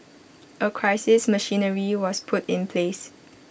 A crisis machinery was put in place